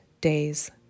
days